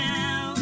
now